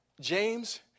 James